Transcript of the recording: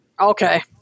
Okay